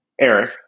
Eric